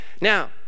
Now